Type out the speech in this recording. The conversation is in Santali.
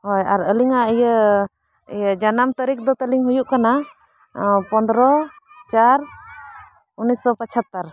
ᱦᱳᱭ ᱟᱨ ᱟᱹᱞᱤᱧᱟᱜ ᱤᱭᱟᱹ ᱤᱭᱟᱹ ᱡᱟᱱᱟᱢ ᱛᱟᱹᱨᱤᱠᱷ ᱫᱚ ᱛᱟᱹᱞᱤ ᱦᱩᱭᱩᱜ ᱠᱟᱱᱟ ᱯᱚᱱᱨᱚ ᱪᱟᱨ ᱩᱱᱤᱥᱚ ᱯᱚᱸᱪᱟᱛᱛᱳᱨ